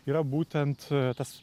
yra būtent tas